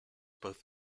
both